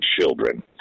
children